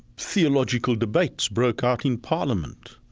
theological debates broke out in parliament.